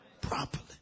properly